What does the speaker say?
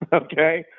and okay?